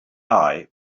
eye